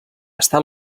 està